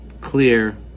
clear